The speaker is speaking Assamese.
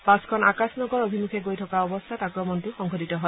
বাছখন আকাশনগৰ অভিমুখে গৈ থকা অৱস্থাত আক্ৰমণটো সংঘটিত হয়